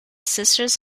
sisters